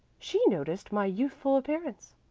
she noticed my youthful appearance.